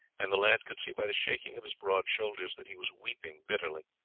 and the lad could see by the shaking of his broad shoulders that he was weeping bitterly.